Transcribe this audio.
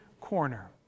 corner